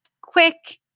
quick